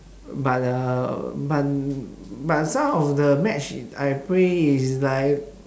but uh but but some of the match I play is like